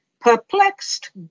Perplexed